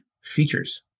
features